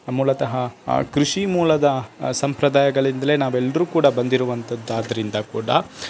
ಮೂಲತಹ ಕೃಷಿ ಮೂಲದ ಸಂಪ್ರದಾಯಗಳಿಂದ್ಲೇ ನಾವೆಲ್ಲರೂ ಕೂಡ ಬಂದಿರುವಂಥದ್ದಾದ್ರಿಂದ ಕೂಡ